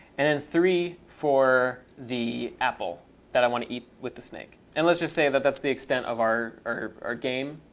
and then three for the apple that i want to eat with the snake. and let's just say that that's the extent of our game,